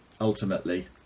ultimately